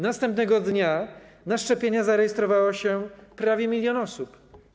Następnego dnia na szczepienia zarejestrowało się prawie 1 mln osób.